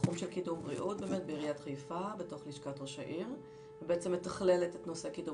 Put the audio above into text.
תחום של קידום בריאות בעיריית חיפה בתוך לשכת ראש העיר.